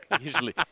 Usually